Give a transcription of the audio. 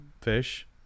fish